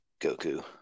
Goku